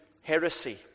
heresy